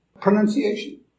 pronunciation